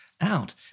out